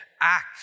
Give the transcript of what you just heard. act